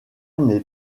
n’est